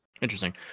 Interesting